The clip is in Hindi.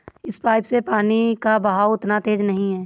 इस पाइप से पानी का बहाव उतना तेज नही है